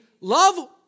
love